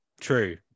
True